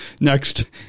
next